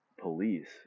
police